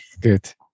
Good